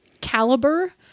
caliber